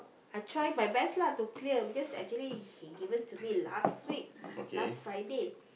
I try my best lah to clear because actually he given to me last week last Friday